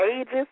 ages